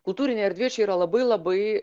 kultūrinė erdvė čia yra labai labai